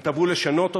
הם תבעו לשנות אותה,